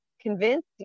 convince